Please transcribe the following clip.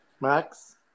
Max